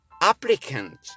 applicant